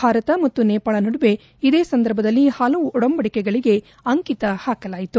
ಭಾರತ ಮತ್ತು ನೇಪಾಳ ನಡುವೆ ಇದೇ ಸಂದರ್ಭದಲ್ಲಿ ಹಲವು ಒಡಂಬಡಿಕೆಗೆ ಅಂಕಿತ ಹಾಕಲಾಯಿತು